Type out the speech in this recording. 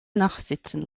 nachsitzen